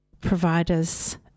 Providers